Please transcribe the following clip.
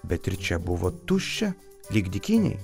bet ir čia buvo tuščia lyg dykynėj